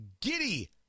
Giddy